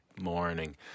morning